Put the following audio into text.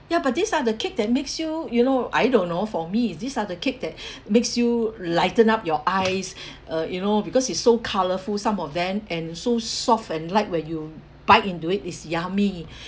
ya but these are the cake that makes you you know I don't know for me these are the cake that makes you lighten up your eyes uh you know because it's so colourful some of them and so soft and light when you bite into it it's yummy